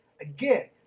Again